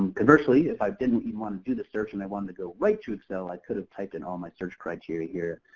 conversely, if i didn't even want to do the search and i wanted to go right to excel, i could have typed in all my search criteria here,